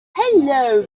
hello